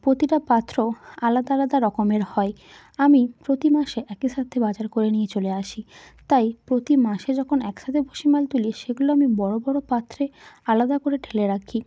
প্রতিটা পাত্র আলাদা আলাদা রকমের হয় আমি প্রতি মাসে একই সাথে বাজার করে নিয়ে চলে আসি তাই প্রতি মাসে যখন একসাথে ভুসিমাল তুলি সেগুলো আমি বড় বড় পাত্রে আলাদা করে ঢেলে রাখি